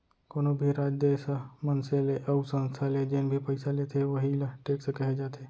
कोनो भी राज, देस ह मनसे ले अउ संस्था ले जेन भी पइसा लेथे वहीं ल टेक्स कहे जाथे